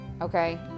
okay